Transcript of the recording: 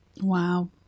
Wow